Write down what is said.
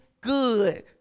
good